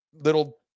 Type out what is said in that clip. little